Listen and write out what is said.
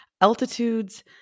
Altitudes